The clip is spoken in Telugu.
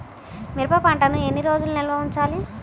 మిరప పంటను ఎన్ని రోజులు నిల్వ ఉంచాలి?